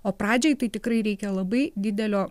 o pradžiai tai tikrai reikia labai didelio